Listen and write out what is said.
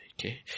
Okay